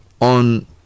on